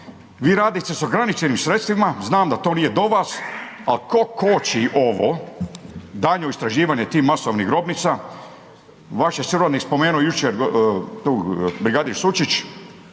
vi radnici sa ograničenim sredstvima, znam da to nije do vas, ali tko koči ovo daljnje istraživanje tih masovnih grobnica? …/Govornik se ne razumije./… spomenuo jučer, tu brigadu Sučić,